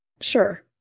sure